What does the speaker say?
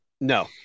No